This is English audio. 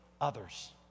others